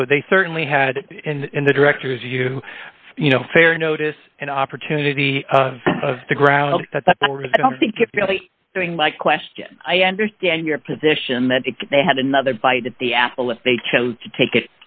so they certainly had in the director's you you know fair notice and opportunity of the ground at that moment i don't think it's really doing my question i understand your position that if they had another bite at the apple if they chose to take it